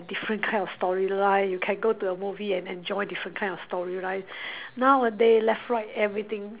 different kind of storyline you can go to the movie and enjoy different kind of storyline nowadays left right everything